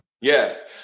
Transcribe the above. Yes